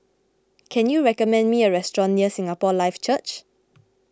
can you recommend me a restaurant near Singapore Life Church